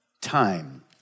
time